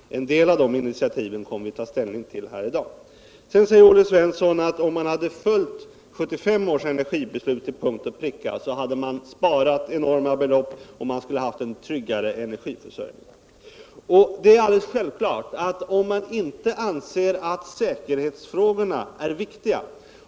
En del av de initiativen kommer vi att ta ställning till här i dag. Olle Svensson säger att om man hade fullföljt 1975 års energibeslut till punkt och pricka så hade man sparat enorma belopp och haft en tryggare energiförsörjning. Det är alldeles självklart att om man inte anser att säkerhetsfrågorna är viktiga.